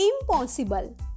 impossible